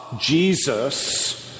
Jesus